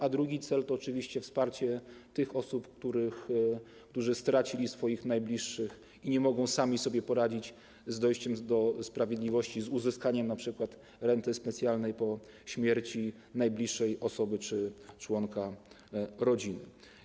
A drugi cel to oczywiście wsparcie tych, którzy stracili swoich najbliższych i nie mogą sami sobie poradzić z dojściem do sprawiedliwości, z uzyskaniem np. renty specjalnej po śmierci najbliższej osoby czy członka rodziny.